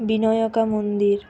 বিনয়াকা মন্দির